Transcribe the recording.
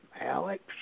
Alex